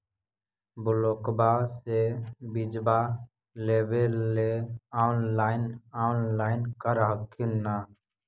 ब्लोक्बा से बिजबा लेबेले ऑनलाइन ऑनलाईन कर हखिन न?